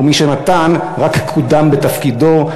ומי שנתן רק קוּדם בתפקידו.